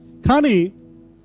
Kani